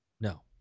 No